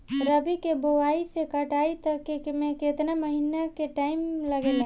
रबी के बोआइ से कटाई तक मे केतना महिना के टाइम लागेला?